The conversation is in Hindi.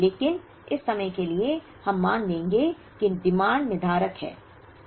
लेकिन इस समस्या के लिए हम मान लेंगे कि डिमांडनिर्धारक है